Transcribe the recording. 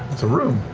it's a room.